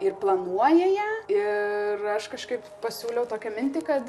ir planuoja ją ir aš kažkaip pasiūliau tokią mintį kad